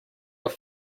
were